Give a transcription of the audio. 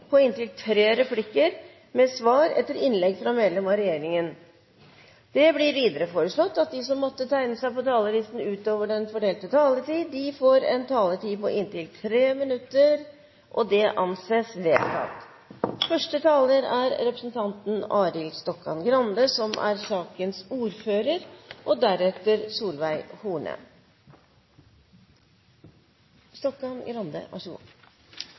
på inntil tre replikker med svar etter innlegg fra medlem av regjeringen innenfor den fordelte taletid. Videre blir det foreslått at de som måtte tegne seg på talerlisten utover den fordelte taletid, får en taletid på inntil 3 minutter. – Det anses vedtatt. Denne saken dreier seg om endringer i matrikkellova og tinglysingsloven. Bakgrunnen for det er at skattemyndighetene med dagens lovverk er